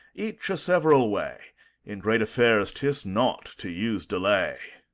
each a several way in great affairs tis nought to use delay.